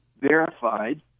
verified